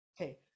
Okay